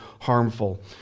harmful